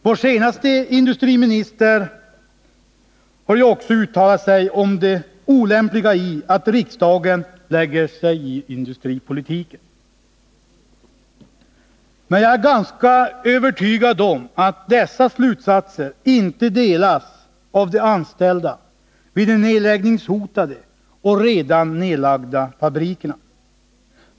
Vår senaste industriminister har ju också uttalat sig om det olämpliga i att riksdagen lägger sig i industripolitiken. Men jag är ganska övertygad om att dessa slutsatser inte delas av de anställda vid de nedläggningshotade och redan nedlagda fabrikerna.